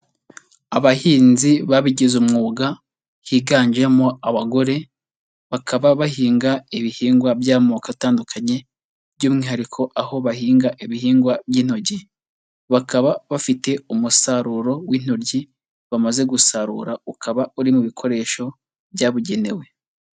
Abahinzi babigize umwuga higanjemo abagore, bakaba bahinga ibihingwa by'amoko atandukanye by'umwihariko aho bahinga ibihingwa by'intoryi, bakaba bafite umusaruro w'intoryi bamaze gusarura, ukaba uri mu bikoresho byabugenewe.